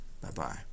Bye-bye